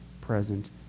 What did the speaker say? present